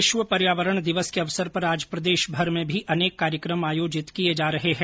विश्व पर्यावरण दिवस के अवसर पर आज प्रदेशभर में भी अनेक कार्यक्रम आयोजित किये जा रहे है